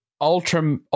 Ultra